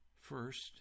First